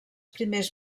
primers